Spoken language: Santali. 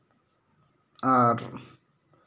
ᱟᱨ